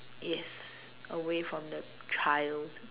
yes away from the child